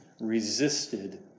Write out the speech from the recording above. resisted